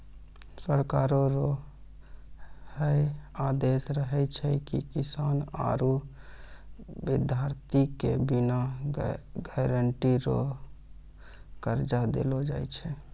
सरकारो रो है आदेस रहै छै की किसानो आरू बिद्यार्ति के बिना गारंटी रो कर्जा देलो जाय छै